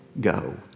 go